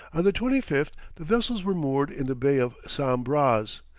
on the twenty fifth the vessels were moored in the bay of sam-braz,